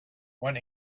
when